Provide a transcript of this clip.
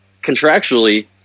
contractually